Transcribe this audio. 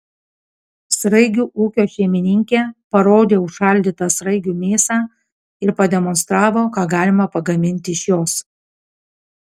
sraigių ūkio šeimininkė parodė užšaldytą sraigių mėsą ir pademonstravo ką galima pagaminti iš jos